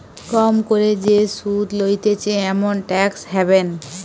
কম করে যে সুধ লইতেছে এমন ট্যাক্স হ্যাভেন